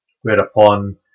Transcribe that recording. Whereupon